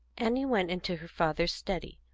annie went into her father's study,